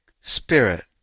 spirit